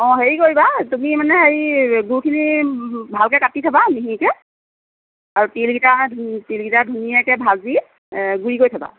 অঁ হেৰি কৰিবা তুমি মানে হেৰি গুৰখিনি ভালকৈ কাটি থ'বা মিহিকৈ আৰু তিলকিটা তিলকিটা ধুনীয়াকৈ ভাজি গুড়ি কৰি থ'বা